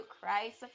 Christ